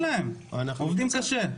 תן להם, הם עובדים קשה.